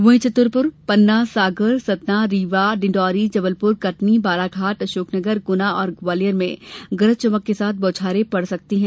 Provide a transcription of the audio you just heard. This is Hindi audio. वहीं छतरपुर पन्ना सागर सतना रीवा उमरिया डिण्डौरी जबलपुर कटनी बालाघाट अशोकनगर गुना और ग्वालियर जिलों में गरज चमक के साथ बौछारें पड़ सकती हैं